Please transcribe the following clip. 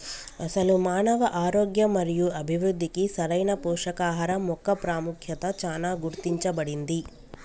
అసలు మానవ ఆరోగ్యం మరియు అభివృద్ధికి సరైన పోషకాహరం మొక్క పాముఖ్యత చానా గుర్తించబడింది